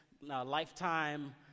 lifetime